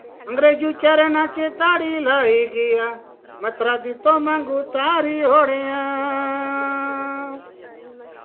अंग्रेजू चरनां च ताड़ी लाई गेआ मत्तरा दित्तो मांगू तारी ओड़ेआ